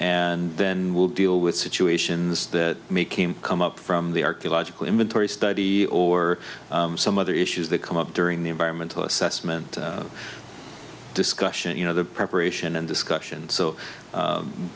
and then we'll deal with situations that make him come up from the archaeological inventory study or some other issues that come up during the environmental assessment discussion you know the preparation and discussion so